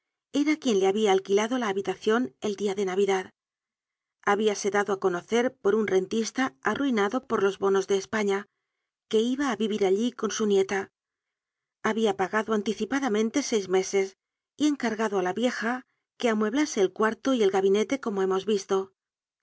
era quien le habia alquilado la habitacion el dia de navidad habíase dado á conocer por un rentista arruinado por los bonos de españa que iba á vivir allí con su nieta habia pagado anticipadamente seis meses y encargado á la vieja que amueblase el cuarto y el gabinete como hemos visto